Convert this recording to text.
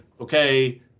okay